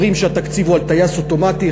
אומרים שהתקציב הוא על טייס אוטומטי,